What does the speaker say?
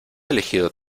elegido